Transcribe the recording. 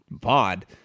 pod